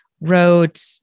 wrote